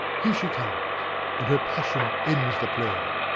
here she comes and her passion ends the play.